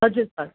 हजुर सर